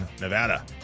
Nevada